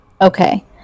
Okay